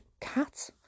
cat